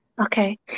Okay